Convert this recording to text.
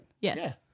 Yes